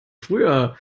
früher